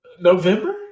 November